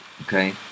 Okay